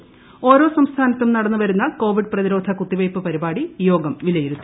ടിദ്ദ്രോ സംസ്ഥാനങ്ങളിലും നടന്നുവരുന്ന കോവിഡ് പ്രതിരോധ്യ കുത്തിവയ്പ്പ് പരിപാടി യോഗം വിലയിരുത്തി